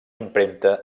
impremta